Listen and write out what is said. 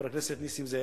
חבר הכנסת נסים זאב,